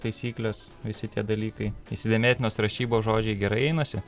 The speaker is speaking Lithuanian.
taisykles visi tie dalykai įsidėmėtinos rašybos žodžiai gerai einasi